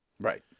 Right